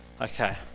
Okay